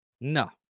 No